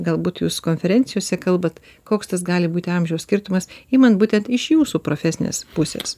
galbūt jūs konferencijose kalbat koks tas gali būti amžiaus skirtumas imant būtent iš jūsų profesinės pusės